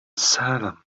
salem